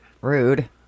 Rude